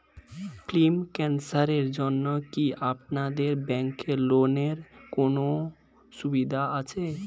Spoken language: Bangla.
লিম্ফ ক্যানসারের জন্য কি আপনাদের ব্যঙ্কে লোনের কোনও সুবিধা আছে?